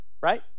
right